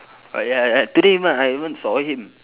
but ya uh today even I even saw him